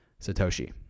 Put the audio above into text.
Satoshi